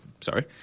Sorry